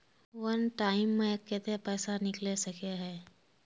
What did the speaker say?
वन time मैं केते पैसा निकले सके है?